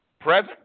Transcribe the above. present